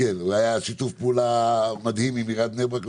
היה שיתוף פעולה מדהים עם עיריית בני ברק.